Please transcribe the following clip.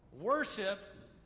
Worship